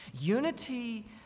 Unity